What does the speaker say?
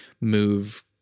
move